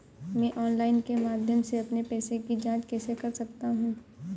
मैं ऑनलाइन के माध्यम से अपने पैसे की जाँच कैसे कर सकता हूँ?